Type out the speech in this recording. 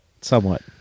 somewhat